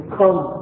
come